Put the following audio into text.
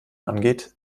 angeht